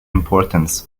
importance